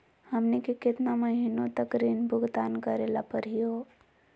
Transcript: हमनी के केतना महीनों तक ऋण भुगतान करेला परही हो?